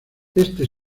este